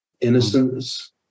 Innocence